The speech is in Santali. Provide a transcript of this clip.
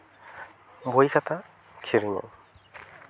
ᱵᱳᱭ ᱠᱷᱟᱛᱟ ᱠᱤᱨᱤᱧᱟᱹᱧ